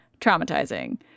traumatizing